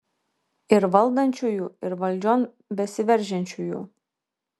ir valdančiųjų ir valdžion besiveržiančiųjų